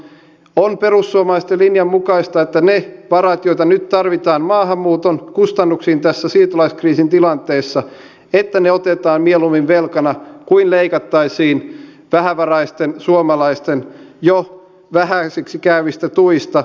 on perussuomalaisten linjan mukaista että ne varat joita nyt tarvitaan maahanmuuton kustannuksiin tässä siirtolaiskriisin tilanteessa otetaan mieluummin velkana kuin leikattaisiin vähävaraisten suomalaisten jo vähäisiksi käyvistä tuista